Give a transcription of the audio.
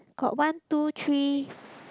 got one two three